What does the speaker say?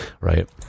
right